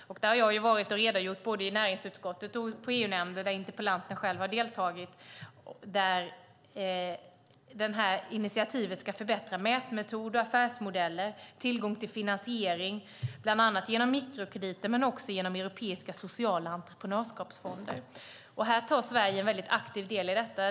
Jag har varit och redogjort för detta både i näringsutskottet och i EU-nämnden där interpellanten själv har deltagit. Det initiativet ska förbättra mätmetoder, affärsmodeller och tillgång till finansiering, bland annat genom mikrokrediter men också genom europeiska sociala entreprenörskapsfonder. Sverige tar en mycket aktiv del i detta.